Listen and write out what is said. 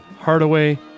Hardaway